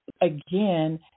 again